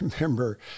remember